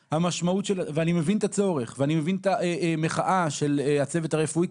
ולכן, אני חושבת רגע, בכל הנוגע למה שהעליתם פה: